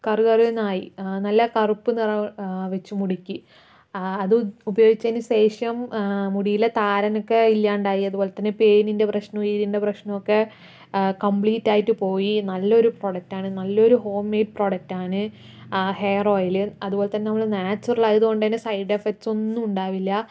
കറ് കറ് എന്നായി നല്ല കറുപ്പ് നിറം വെച്ചു മുടിക്ക് അത് ഉപയോഗിച്ചതിനു ശേഷം മുടിയിലെ താരനൊക്കെ ഇല്ലാണ്ടായി അതുപോലെത്തന്നെ പേനിൻ്റെ പ്രശ്നം ഈരിൻ്റെ പ്രശ്നമൊക്കെ കമ്പ്ലീറ്റായിട്ട് പോയി നല്ലൊരു പ്രോഡക്റ്റ് ആണ് നല്ലൊരു ഹോം മെയ്ഡ് പ്രോഡക്റ്റാണ് ഹെയർ ഓയിൽ അതുപോലെത്തന്നെ നമ്മുടെ നാച്ചുറൽ ആയതുകൊണ്ട് തന്നെ സൈഡ് എഫക്ട്സ് ഒന്നും ഉണ്ടാവില്ല